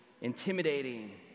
intimidating